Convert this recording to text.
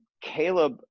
Caleb